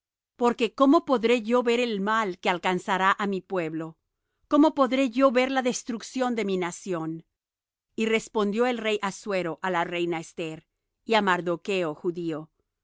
porque cómo podré yo ver el mal que alcanzará á mi pueblo cómo podré yo ver la destrucción de mi nación y respondió el rey assuero á la reina esther y á mardocho judío